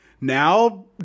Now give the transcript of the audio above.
now